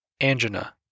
angina